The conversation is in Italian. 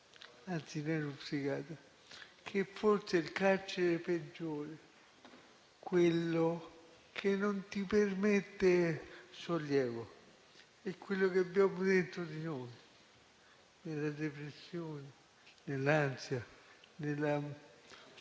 anzi neuropsichiatra, che forse il carcere peggiore, quello che non ti permette sollievo, è quello che abbiamo dentro di noi, nella depressione, nell'ansia, nella